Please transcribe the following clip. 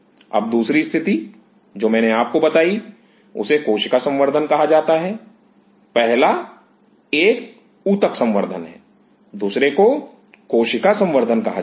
अब दूसरी स्थिति जो मैंने आपको बताई उसे कोशिका संवर्धन कहा जाता है पहला एक ऊतक संवर्धन है दूसरे को कोशिका संवर्धन कहा जाता है